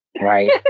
Right